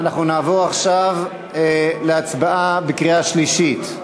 אנחנו נעבור עכשיו להצבעה בקריאה שלישית.